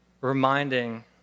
reminding